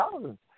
thousands